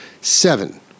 Seven